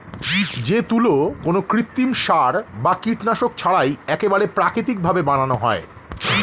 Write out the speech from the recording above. যে তুলো কোনো কৃত্রিম সার বা কীটনাশক ছাড়াই একেবারে প্রাকৃতিক ভাবে বানানো হয়